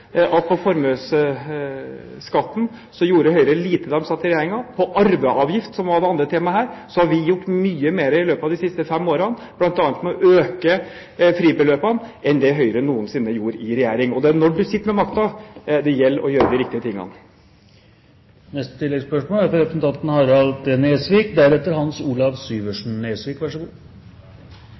at med formuesskatten gjorde Høyre lite da de satt i regjering. Når det gjelder arveavgift, som var det andre temaet her, har vi gjort mye mer i løpet av de siste fem årene, bl.a. ved å øke fribeløpene, enn det Høyre noensinne gjorde i regjering. Det er når du sitter med makten det gjelder å gjøre de riktige tingene. Harald T. Nesvik – til oppfølgingsspørsmål. Det er